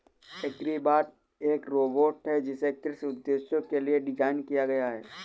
agribot एक robot है जिसे कृषि उद्देश्यों के लिए डिज़ाइन किया गया है